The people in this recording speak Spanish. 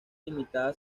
limitada